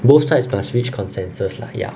both sides must reach consensus lah ya